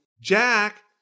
Jack